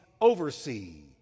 oversee